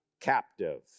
captive